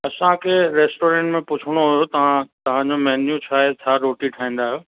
असांखे रेस्टोरंट में पुछिणो हुओ तव्हां तव्हांजो मैन्यू छा आहे छा रोटी ठाहींदा आहियो